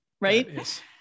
Right